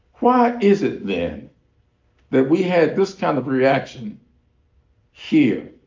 why is it then that we had this kind of reaction here,